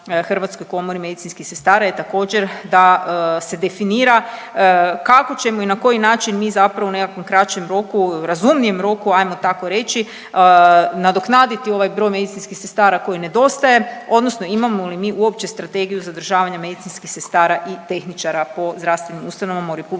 Hrvatskoj komori medicinskih sestara je također, da se definira kako ćemo i na koji način mi zapravo u nekakvom kraćem roku, razumnijem roku, ajmo tako reći, nadoknaditi ovaj broj medicinskih sestara koji nedostaje, odnosno imamo li mi uopće strategiju zadržavanja medicinskih sestara i tehničara po zdravstvenim ustanovama